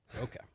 Okay